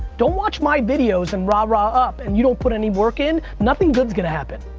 don't watch my videos and rah-rah up and you don't put any work in, nothing good's going to happen.